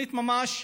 תוכנית ממש,